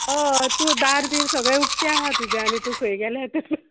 हय तूं दार बीन सगळें उक्तें आहा तुजें आनी तूं खंय गेलें